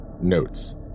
Notes